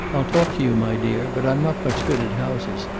i'll talk to you, my dear. but i'm not much good at houses.